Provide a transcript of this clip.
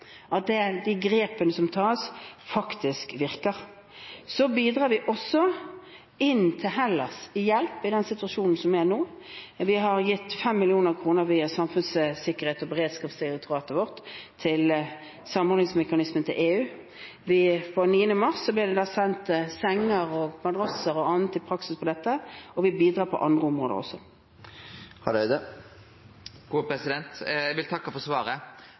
at de grepene som tas, faktisk virker. Så bidrar vi også med hjelp til Hellas i den situasjonen som er nå. Vi har gitt 5 mill. kr via Direktoratet for samfunnssikkerhet og beredskap til EUs samordningsmekanisme. Den 9. mars ble det sendt senger, madrasser og annet som en praksis på dette, og vi bidrar også på andre områder. Eg vil takke for svaret.